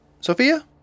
Sophia